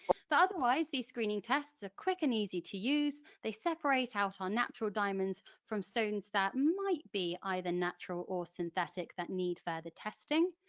otherwise these screening tests are quick and easy to use, they separate out ah natural diamonds from stones that might be either natural or synthetic that need further testing.